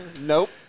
Nope